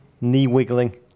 knee-wiggling